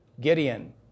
Gideon